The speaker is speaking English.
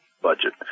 Budget